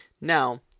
Now